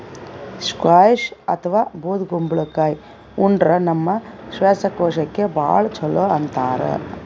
squash ಅಥವಾ ಬೂದ್ ಕುಂಬಳಕಾಯಿ ಉಂಡ್ರ ನಮ್ ಶ್ವಾಸಕೋಶಕ್ಕ್ ಭಾಳ್ ಛಲೋ ಅಂತಾರ್